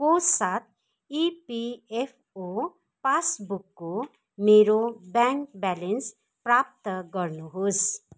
को साथ इपिएफओ पासबुकको मेरो ब्याङ्क ब्यालेन्स प्राप्त गर्नुहोस्